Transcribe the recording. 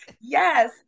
Yes